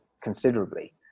considerably